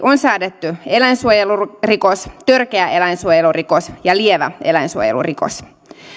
on säädetty eläinsuojelurikos törkeä eläinsuojelurikos ja lievä eläinsuojelurikos